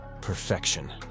Perfection